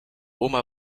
oma